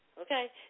Okay